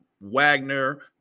Wagner